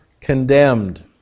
condemned